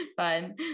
fun